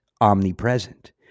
omnipresent